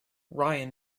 ryan